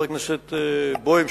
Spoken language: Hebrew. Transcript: חבר הכנסת בוים,